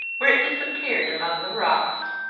where it disappeared among the rocks.